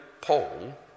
Paul